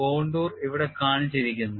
contour ഇവിടെ കാണിച്ചിരിക്കുന്നു